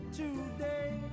today